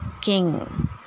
king